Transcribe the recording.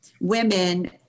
women